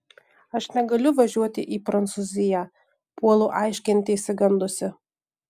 aš negaliu važiuoti į prancūziją puolu aiškinti išsigandusi